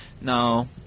now